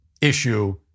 issue